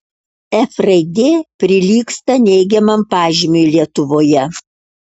f raidė prilygsta neigiamam pažymiui lietuvoje